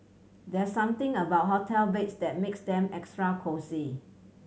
there's something about hotel beds that makes them extra cosy